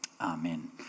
Amen